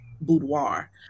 boudoir